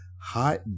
Hot